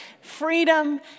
freedom